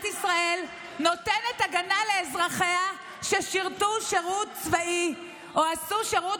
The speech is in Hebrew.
ישראל נותנת הגנה לאזרחיה ששירתו שירות צבאי או עשו שירות